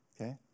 Okay